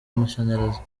mashanyarazi